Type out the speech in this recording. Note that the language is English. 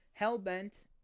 Hellbent